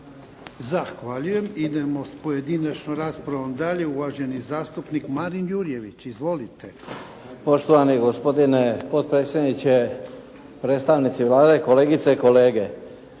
Zahvaljujem. Idemo s pojedinačnom raspravom dalje. Uvaženi zastupnik Marin Jurjević. Izvolite. **Jurjević, Marin (SDP)** Poštovani gospodine potpredsjedniče, predstavnici Vlade, kolegice i kolege.